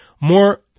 more